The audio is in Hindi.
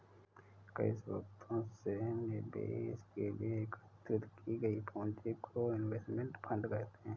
कई स्रोतों से निवेश के लिए एकत्रित की गई पूंजी को इनवेस्टमेंट फंड कहते हैं